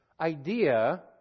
idea